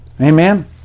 Amen